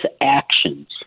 actions